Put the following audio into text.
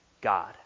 God